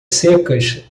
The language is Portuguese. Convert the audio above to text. secas